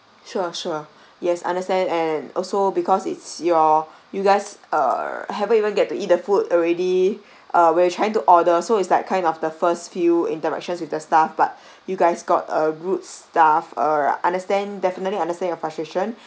sure sure yes understand and also because it's your you guys err haven't even get to eat the food already uh were trying to order so it's like kind of the first few interactions with their staff but you guys got a rude staff uh understand definitely understand your frustration